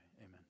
Amen